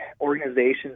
organizations